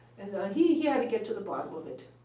he he had to get to the bottom of it.